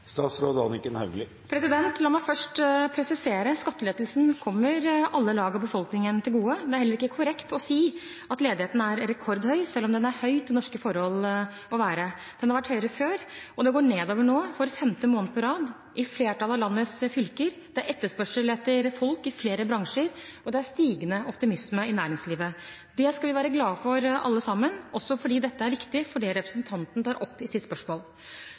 La meg først presisere: Skattelettelsene kommer alle lag av befolkningen til gode. Det er heller ikke korrekt å si at ledigheten er rekordhøy, selv om den er høy til norske forhold å være. Den har vært høyere før, og den går nedover nå, for femte måned på rad, i flertallet av landets fylker. Det er etterspørsel etter folk i flere bransjer, og det er stigende optimisme i næringslivet. Det skal vi alle være glade for, også fordi dette er viktig for det representanten tar opp i sitt spørsmål.